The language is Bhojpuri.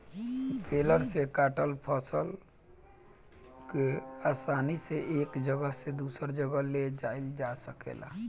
बेलर से काटल फसल के आसानी से एक जगह से दूसरे जगह ले जाइल जा सकेला